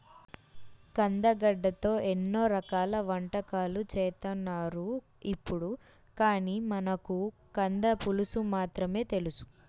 కందగడ్డతో ఎన్నో రకాల వంటకాలు చేత్తన్నారు ఇప్పుడు, కానీ మనకు కంద పులుసు మాత్రమే తెలుసు